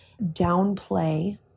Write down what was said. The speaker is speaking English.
downplay